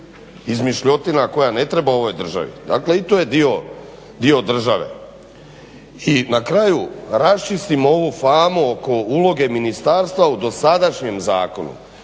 izmišljotina koja ne treba ovoj državi? Dakle i to je dio države. I na kraju, raščistimo ovu famu oko uloge ministarstva u dosadašnjem zakonu.